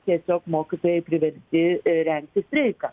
tiesiog mokytojai privertsti rengti streiką